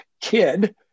kid